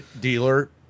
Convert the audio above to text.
dealer